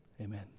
Amen